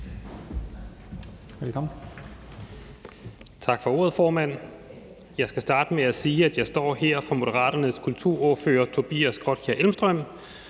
Tak for ordet, formand. Jeg skal starte med at sige, at jeg står her i stedet for Moderaternes kulturordfører, Tobias Grotkjær Elmstrøm.